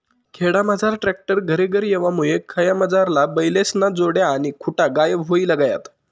खेडामझार ट्रॅक्टर घरेघर येवामुये खयामझारला बैलेस्न्या जोड्या आणि खुटा गायब व्हयी गयात